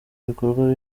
ibikorwa